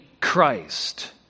Christ